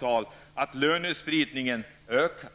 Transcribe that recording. kan vi se att lönespridningen ökar.